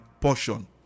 portion